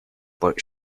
but